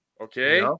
Okay